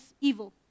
evil